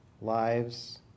lives